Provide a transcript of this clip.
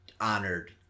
honored